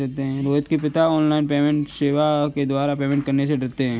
रोहित के पिताजी online payment सेवा के द्वारा पेमेंट करने से डरते हैं